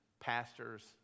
pastors